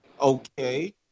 Okay